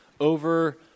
over